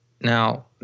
Now